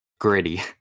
Gritty